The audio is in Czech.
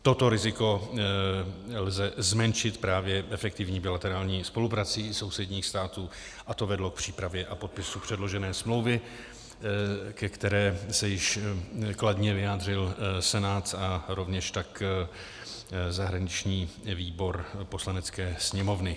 Toto riziko lze zmenšit právě efektivní bilaterální spoluprací sousedních států a to vedlo k přípravě a podpisu předložené smlouvy, ke které se již kladně vyjádřil Senát a rovněž tak zahraniční výbor Poslanecké sněmovny.